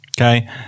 Okay